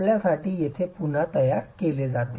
आपल्यासाठी येथे पुन्हा तयार केले जाते